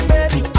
Baby